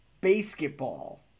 basketball